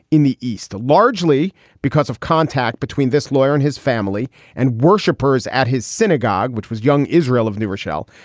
in the east largely because of contact between this lawyer and his family and worshippers at his synagogue, which was young israel of new rochelle.